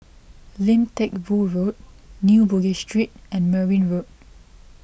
Lim Teck Boo Road New Bugis Street and Merryn Road